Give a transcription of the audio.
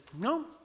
no